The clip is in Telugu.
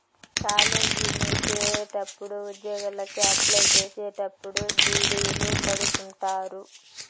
కాలేజీల్లో చేరేటప్పుడు ఉద్యోగలకి అప్లై చేసేటప్పుడు డీ.డీ.లు కడుతుంటారు